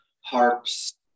harps